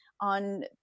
on